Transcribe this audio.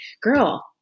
girl